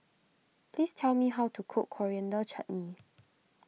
please tell me how to cook Coriander Chutney